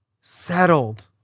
settled